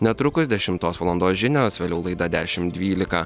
netrukus dešimtos valandos žinios vėliau laida dešimt dvylika